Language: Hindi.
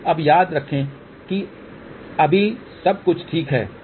अब याद रखें कि अभी सब कुछ ठीक है